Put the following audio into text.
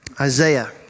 Isaiah